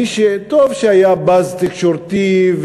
טוב שהיה באזז תקשורתי,